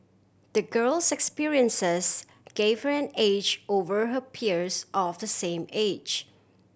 the girl's experiences gave her an edge over her peers of the same age